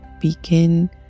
begin